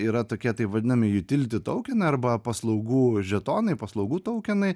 yra tokie taip vadinami jutilditaukin arba paslaugų žetonai paslaugų taukenai